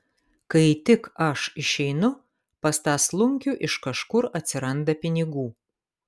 kai tik aš išeinu pas tą slunkių iš kažkur atsiranda pinigų